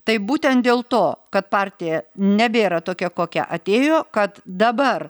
tai būtent dėl to kad partija nebėra tokia kokia atėjo kad dabar